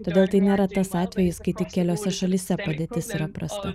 todėl tai nėra tas atvejis kai tik keliose šalyse padėtis yra prasta